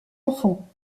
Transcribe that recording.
enfants